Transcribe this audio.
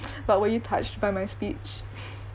but were you touched by my speech